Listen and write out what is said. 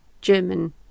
German